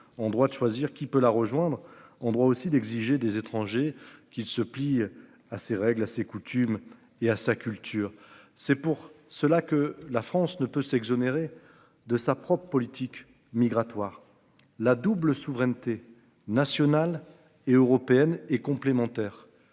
en droit de choisir qui peut la rejoindre en droit aussi d'exiger des étrangers qu'ils se plient à ses règles, à ses coutumes et à sa culture, c'est pour cela que la France ne peut s'exonérer de sa propre politique migratoire la double souveraineté nationale et européenne et complémentaire